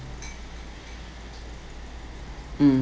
mm